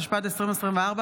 התשפ"ד 2024,